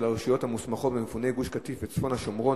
הרשויות המוסמכות במפוני גוש-קטיף וצפון השומרון),